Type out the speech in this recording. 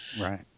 Right